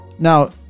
Now